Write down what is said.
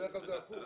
בדרך כלל זה הפוך.